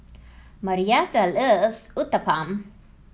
Marietta loves Uthapam